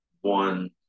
one